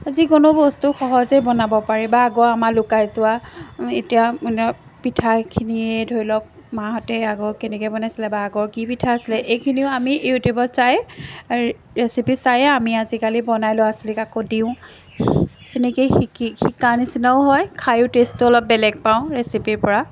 যিকোনো বস্তু সহজে বনাব পাৰি বা আগৰ আমাৰ লুকাই যোৱা এতিয়া পিঠাখিনিয়ে ধৰি লওক মাহঁতে আগৰ কেনেকৈ বনাইছিলে বা আগৰ কি পিঠা আছিলে এইখিনিও আমি ইউটিউবত চাই ৰেচিপি চায়ে আমি আজিকালি বনাই ল'ৰা ছোৱালীক আকৌ দিওঁ সেনেকেই শিকি শিকা নিচিনাও হয় খায়ো টেষ্টটো অলপ বেলেগ পাওঁ ৰেচিপিৰ পৰা